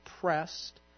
pressed